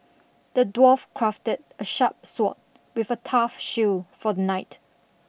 the dwarf crafted a sharp sword with a tough shield for the knight